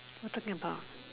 what talking about